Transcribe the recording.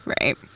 Right